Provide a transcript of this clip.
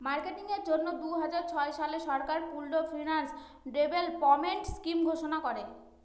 marketing এর জন্য দুই হাজার ছয় সালে সরকার পুল্ড ফিন্যান্স ডেভেলপমেন্ট স্কিম ঘোষণা করে